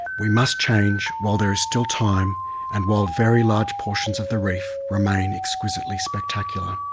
we must change while there is still time and while very large portions of the reef remain exquisitely spectacular.